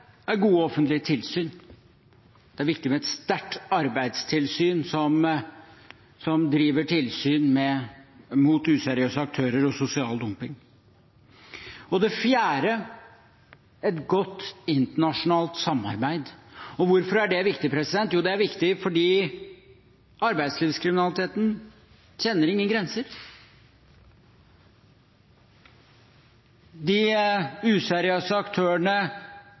er gode offentlige tilsyn. Det er viktig med et sterkt arbeidstilsyn, som driver tilsyn mot useriøse aktører og sosial dumping. Den fjerde er et godt internasjonalt samarbeid. Hvorfor er det viktig? Jo, det er viktig fordi arbeidslivskriminaliteten kjenner ingen grenser. De useriøse aktørene